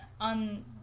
on